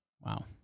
Wow